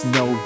no